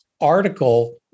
article